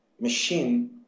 machine